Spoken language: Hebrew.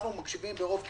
אנחנו מקשיבים ברוב קשב.